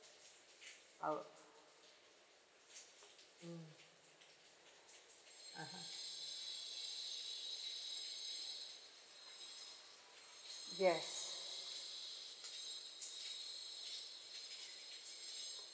uh mm (uh huh) yes